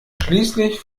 schließlich